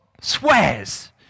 swears